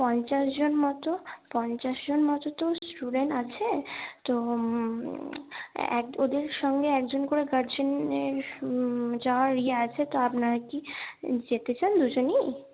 পঞ্চাশজন মতো পঞ্চাশজন মতো তো স্টুডেন্ট আছে তো ওদের সঙ্গে একজন করে গার্জেনের যাওয়ার ইয়ে আছে তো আপনারা কি যেতে চান দুজনেই